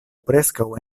preskaŭ